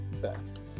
best